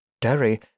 Derry